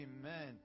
Amen